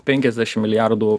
penkiasdešim milijardų